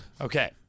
Okay